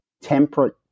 temperate